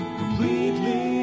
completely